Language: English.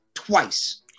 Twice